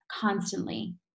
constantly